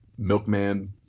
milkman